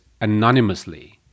anonymously